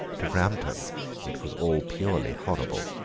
to framton it was all purely horrible.